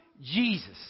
Jesus